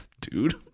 dude